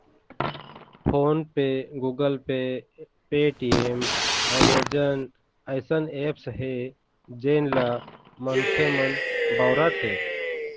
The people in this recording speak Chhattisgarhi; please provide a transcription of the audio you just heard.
फोन पे, गुगल पे, पेटीएम, अमेजन अइसन ऐप्स हे जेन ल मनखे मन बउरत हें